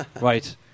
Right